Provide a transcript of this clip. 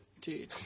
Dude